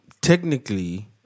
technically